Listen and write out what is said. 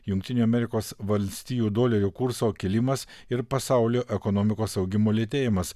jungtinių amerikos valstijų dolerio kurso kilimas ir pasaulio ekonomikos augimo lėtėjimas